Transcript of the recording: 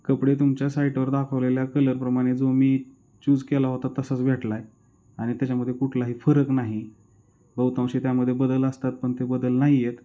कपडे तुमच्या साईटवर दाखवलेल्या कलरप्रमाणे जो मी चूज केला होता तसंच भेटला आहे आणि त्याच्यामध्ये कुठलाही फरक नाही बहुतांशी त्यामध्ये बदल असतात पण ते बदल नाही आहेत